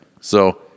So-